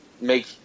make